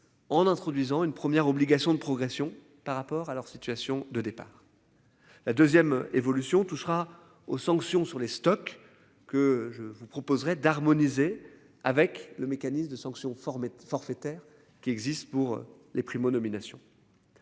En introduisant une première obligation de progression par rapport à leur situation de départ. La 2ème évolution touchera aux sanctions sur les stocks que je vous proposerai d'harmoniser avec le mécanisme de sanction forfaitaire qui existent pour les primo-nominations.